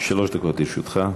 שלוש דקות לרשותך.